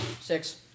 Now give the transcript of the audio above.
Six